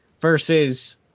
versus